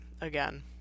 again